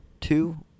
two